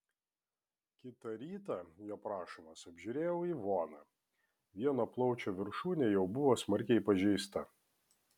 kitą rytą jo prašomas apžiūrėjau ivoną vieno plaučio viršūnė jau buvo smarkiai pažeista